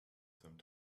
some